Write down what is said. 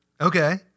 Okay